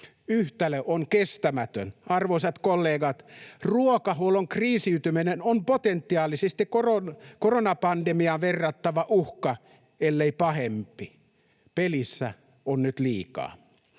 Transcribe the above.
Yhtälö on kestämätön. Arvoisat kollegat, ruokahuollon kriisiytyminen on potentiaalisesti koronapandemiaan verrattava uhka, ellei pahempi. Pelissä on nyt liikaa.